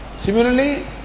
Similarly